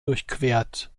durchquert